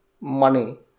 money